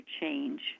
change